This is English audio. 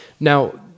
Now